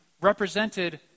represented